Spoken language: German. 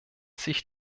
sich